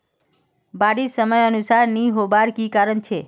बारिश समयानुसार नी होबार की कारण छे?